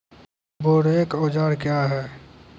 बोरेक औजार क्या हैं?